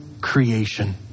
creation